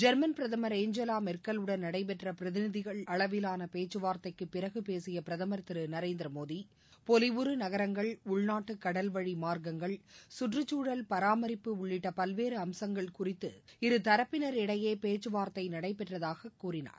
German பிரதமர் Angela மெர்க்கலுடன் நடைபெற்ற பிரதிநிதிகள் அளவிலான பேச்சுவார்த்தைக்குப் பிறகு பேசிய பிரதமர் திரு நரேந்திரமோடி பொலிவுறு நகரங்கள் உள்நாட்டு கடல் வழி மார்க்கங்கள் சுற்றச்சூழல் பராமரிப்பு உள்ளிட்ட பல்வேறு அம்சங்கள் குறித்து இருதரப்பினர் இடையே பேச்சு வார்த்தை நடைபெற்றதாக கூறினார்